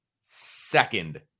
Second